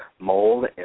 mold